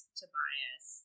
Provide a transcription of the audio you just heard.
Tobias